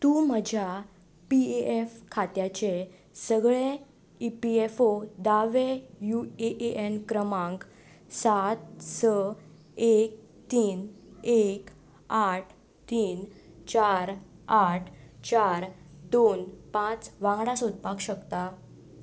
तूं म्हज्या P A F खात्याचे सगळें ई पी एफ ओ दावे यु ए ए एन क्रमांक सात स एक तीन एक आठ तीन चार आठ चार दोन पांच वांगडा सोदपाक शकता